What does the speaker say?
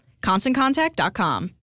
ConstantContact.com